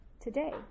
today